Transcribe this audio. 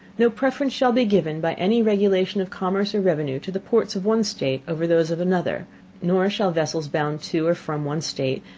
no preference shall be given by any regulation of commerce or revenue to the ports of one state over those of another nor shall vessels bound to, or from, one state,